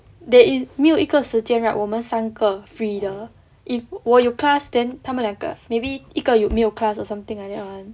they 没有一个时间 right 我们三个 free 的 if 我有 class then 他们两个 maybe you 有没有 class or something like that [one]